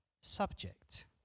subject